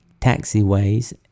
taxiways